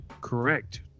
correct